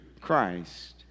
Christ